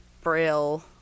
braille